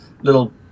little